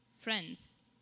friends